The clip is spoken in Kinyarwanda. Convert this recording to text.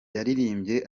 yaririmbye